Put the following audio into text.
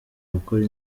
gukora